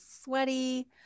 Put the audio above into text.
sweaty